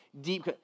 deep